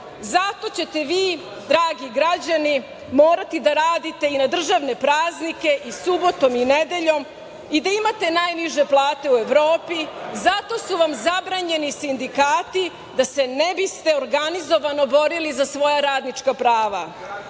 Zato ćete vi dragi građani morati da radite i na državne praznike i subotom i nedeljom i da imate najniže plate u Evropi. Zato su vam zabranjeni sindikati, da se ne biste organizovano borili za svoja radnička prava. Zato